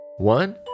One